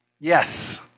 Yes